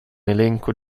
elenco